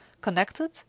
connected